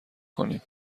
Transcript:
کنیم